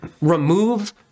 Remove